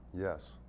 Yes